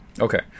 Okay